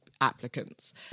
applicants